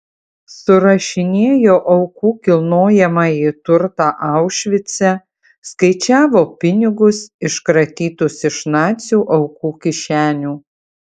surašinėjo aukų kilnojamąjį turtą aušvice skaičiavo pinigus iškratytus iš nacių aukų kišenių